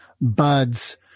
buds